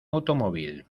automóvil